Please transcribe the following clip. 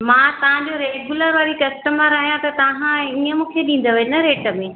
मां तव्हांजी रेगुलर वारी कस्टमर आहियां त तव्हां ईय मूंखे ॾींदव इन रेट में